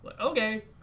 okay